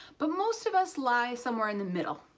but most of us lie somewhere in the middle,